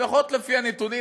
לפחות לפי הנתונים,